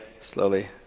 slowly